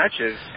matches